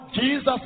Jesus